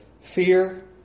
fear